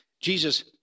Jesus